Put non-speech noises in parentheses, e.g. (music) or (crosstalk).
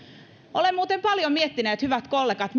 olen muuten paljon miettinyt hyvät kollegat (unintelligible)